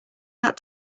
that